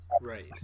Right